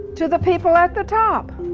to the people at the top.